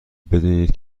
بدونید